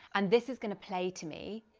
and this is gonna play to me.